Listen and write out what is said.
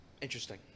Interesting